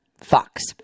Fox